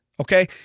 Okay